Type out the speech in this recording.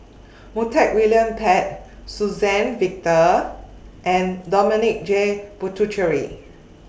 Montague William Pett Suzann Victor and Dominic J Puthucheary